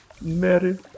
Mary